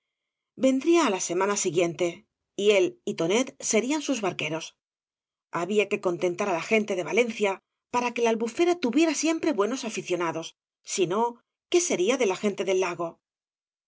vendría á la semana siguiente y él y tonet serían sus barqueros había que contentar á la gente de valencia para que la albufera tuviera siempre buenos aficionados si no qué sería de la gente del lago